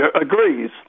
agrees